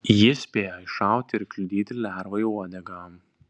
jis spėjo iššauti ir kliudyti lervai uodegą